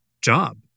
job